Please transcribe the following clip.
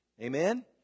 Amen